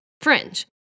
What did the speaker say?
fringe